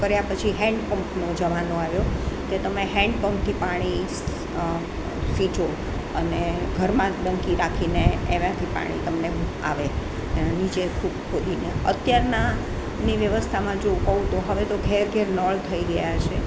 કર્યા પછી હેન્ડ પંપનો જમાનો આવ્યો કે તમે હેન્ડ પંપથી પાણી સીંચો અને ઘરમાં જ ડંકી રાખીને એમાંથી પાણી તમને આવે ત્યાં નીચે ખોદીને અત્યારનાની વ્યવસ્થામાં જો કહું તો હવે તો ઘરે ઘરે નળ થઈ ગયા છે